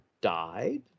died